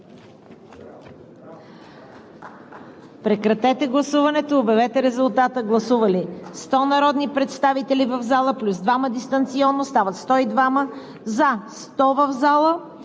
Прекратете гласуването и обявете резултата. Гласували 144 народни представители от залата плюс 2 дистанционно, стават 146: за 146,